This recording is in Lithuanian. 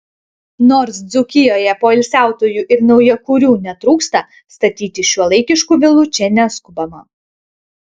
nors dzūkijoje poilsiautojų ir naujakurių netrūksta statyti šiuolaikiškų vilų čia neskubama